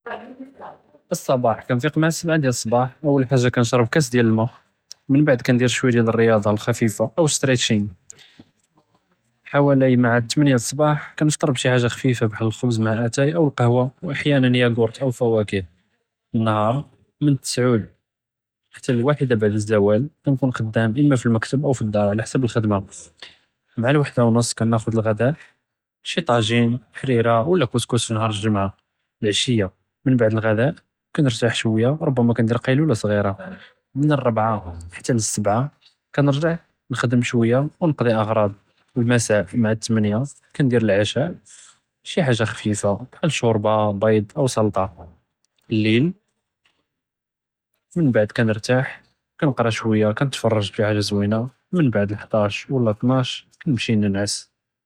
אס־סְבַאח, כּנפִיק מע־סבְעַה דיאל א־סבַאח, אול חאג'ה כּנשרב כּאס דיאל למא, מִנבּעְד כּנדִיר שוויה דיאל רִיַאצַה ח'פִיפה או א־סטְרִישִין, חוולי מע א־תְמניה ד־סבַאח, כּנפטר בּשי חאג'ה ח'פִיפה בּחאל ח'בז מע אתַאי או לְקַהווה, וּאַחְיַאנַאן יַאגורְת או פְוָואקֵה. נהאר מן א־תְסְעוד חְתַא לְוַאחְדַה בּעְד א־זוואל, כּנכון ח'דאאם, אימא פי לְמכְתַב או פי דדַאר עאלַא חְסאב לְח'דְמַה. מע לְוַאחְדַה וּנוס כּנַאחְ'ד לְע'דַא: שי טאז'ין, חְרִירַה, וּלא כּוסכּוס נהאר לְג'מְעַה. לְעְשִיַה מן מִנבּעְד לְע'דַא כּנרתַאח שוויה, רֻבַמַא כּנדִיר קַילוּלה סְגִ'ירה. מן א־רְבְעַה חְתַא לְסְבְעַה, כּנרג'ע נְחְדֶם שוויה, וּנְקְדִי אַעְרָאץ. פי לְמְסַאעִי מע א־תְמניה כּנדִיר לְעְשַא: שי חאג'ה ח'פִיפה בּחאל שורְבַה, ביד או סלטַה. לְלִיל, מן מִנבּעְד כּנרתַאח, כּנקְרא שוויה, כּנתְפרַג שי חאג'ה זוינַה, מִנבּעְד לְחְדַאש וּלא תְנַאש כּנמשִי נְנַעְס.